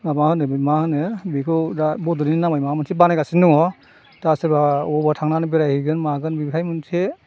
माबा होनो बे मा होनो बेखौ दा बडलेण्डनि नामै माबा मोनसे बानायगासिनो दङ दा सोरबा अबावबा थांनानै बेरायहैगोन मागोन बेनिफ्राय मोनसे